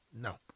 No